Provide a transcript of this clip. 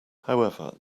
however